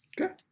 Okay